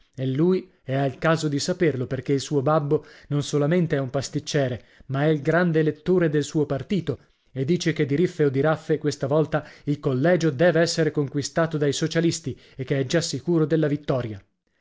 e lui è al caso di saperlo perché il suo babbo non solamente è un pasticciere ma è il grande elettore del suo partito e dice che di riffe o di raffe questa volta il collegio deve essere conquistato dai socialisti e che è già sicuro della vittoria